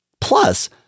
Plus